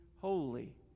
holy